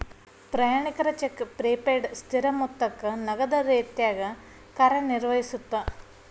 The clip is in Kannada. ಪ್ರಯಾಣಿಕರ ಚೆಕ್ ಪ್ರಿಪೇಯ್ಡ್ ಸ್ಥಿರ ಮೊತ್ತಕ್ಕ ನಗದ ರೇತ್ಯಾಗ ಕಾರ್ಯನಿರ್ವಹಿಸತ್ತ